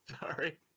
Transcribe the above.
Sorry